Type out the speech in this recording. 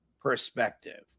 Perspective